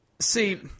See